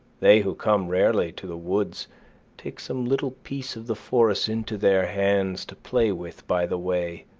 they who come rarely to the woods take some little piece of the forest into their hands to play with by the way,